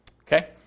Okay